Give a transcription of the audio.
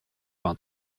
vingt